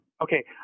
Okay